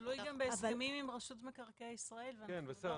תלוי גם בהסכמים עם רשות מקרקעי ישראל ואנחנו לא